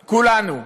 כולנו.